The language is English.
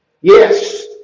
Yes